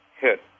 hit